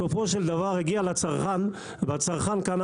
בסופו של דבר הגיע לצרכן והצרכן קנה